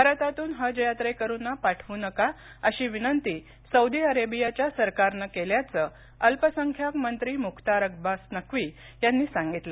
भारतातून हज यात्रेकरूंना पाठवू नका अशी विनंती सौदी अरेबियाच्या सरकारनं केल्याचं अल्पसंख्याक मंत्री मुख्तार अब्बास नक्वी यांनी सांगितलं